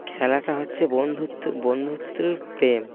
খেলাটা হচ্ছে বন্ধুত্ব বন্ধুত্বের প্রেম